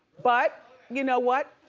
but you know what?